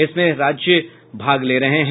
इसमें राज्य भाग ले रहे हैं